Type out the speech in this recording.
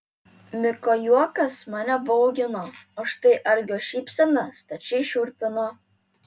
miko juokas mane baugino o štai algio šypsena stačiai šiurpino